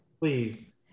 please